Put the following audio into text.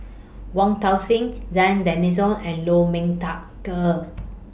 Wong Tuang Seng Zena Tessensohn and Lu Ming Teh Earl